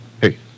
Hey